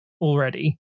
already